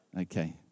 Okay